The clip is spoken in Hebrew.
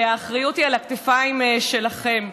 והאחריות היא על הכתפיים שלכם.